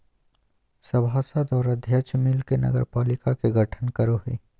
सभासद और अध्यक्ष मिल के नगरपालिका के गठन करो हइ